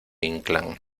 inclán